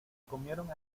comieron